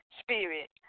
spirit